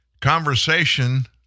Conversation